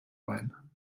bein